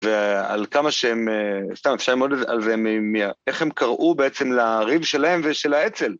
ועל כמה שהם... סתם, אפשר ללמוד על זה ממיה. איך הם קראו בעצם לריב שלהם ושל האצל.